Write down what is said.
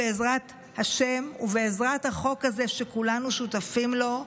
בעזרת השם ובעזרת החוק הזה שכולנו שותפים לו,